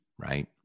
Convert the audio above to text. right